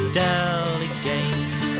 delegates